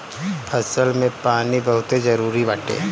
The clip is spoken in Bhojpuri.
फसल में पानी बहुते जरुरी बाटे